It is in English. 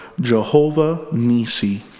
Jehovah-Nisi